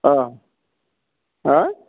অঁ হা